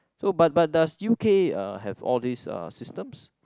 so but but does U_K uh have all this uh systems